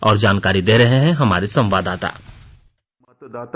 और जानकारी दे रहे हैं हमारे संवाददाता